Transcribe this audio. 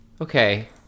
Okay